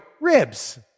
ribs